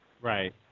Right